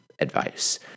advice